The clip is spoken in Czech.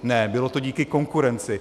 Ne, bylo to díky konkurenci.